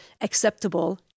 acceptable